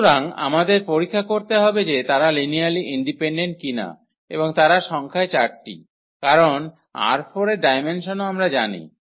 সুতরাং আমাদের পরীক্ষা করতে হবে যে তারা লিনিয়ারলি ইন্ডিপেন্ডেন্ট কি না এবং তারা সংখ্যায় 4 টি কারণ ℝ4 এর ডায়মেনসনও আমরা জানি